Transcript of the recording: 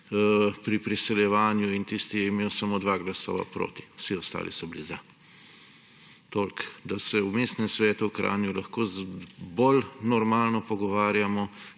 pri priseljevanju. Tisti je imel samo dva glasova proti, vsi ostali so bili za. Toliko, da se v mestnem svetu v Kranju lahko bolj normalno pogovarjamo,